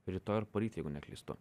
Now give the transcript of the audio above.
rytoj ir poryt jeigu neklystu